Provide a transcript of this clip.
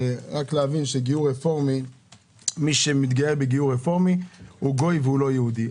מי שמתגייר בגיור רפורמי הוא גוי ולא יהודי.